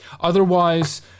Otherwise